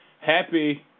Happy